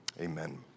Amen